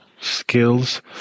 skills